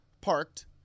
parked